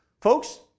folks